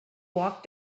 walked